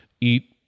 eat